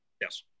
Yes